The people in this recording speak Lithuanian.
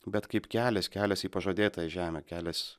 bet kaip kelias kelias į pažadėtąją žemę kelias